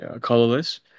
colorless